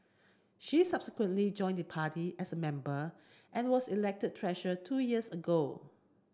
she subsequently joined the party as a member and was elected treasurer two years ago